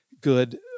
good